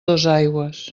dosaigües